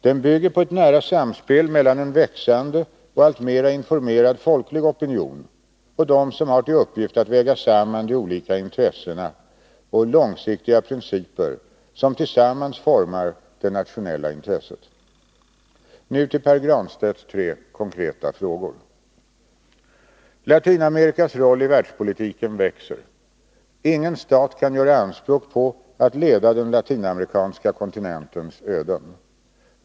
Den bygger på ett nära samspel mellan en växande och alltmera informerad folklig opinion och dem som har till uppgift att väga samman de olika intressen och långsiktiga principer som tillsammans formar det nationella intresset. Nu till Pär Granstedts tre konkreta frågor. Latinamerikas roll i världspolitiken växer. Ingen stat kan göra anspråk på att leda den latinamerikanska kontinentens öden.